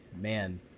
man